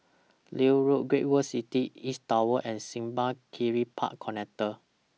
Leith Road Great World City East Tower and Simpang Kiri Park Connector